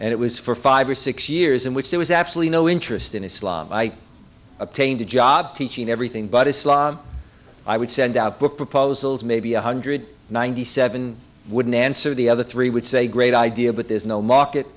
and it was for five or six years in which there was absolutely no interest in islam i obtained a job teaching everything but islam i would send out book proposals maybe one hundred ninety seven wouldn't answer the other three would say great idea but there's no market